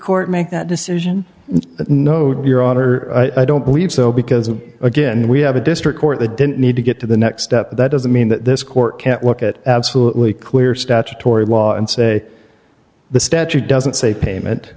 court make that decision no doubt your honor i don't believe so because again we have a district court the didn't need to get to the next step that doesn't mean that this court can't look at absolutely clear statutory law and say the statute doesn't say payment